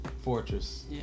fortress